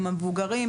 עם המבוגרים,